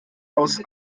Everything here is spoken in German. aus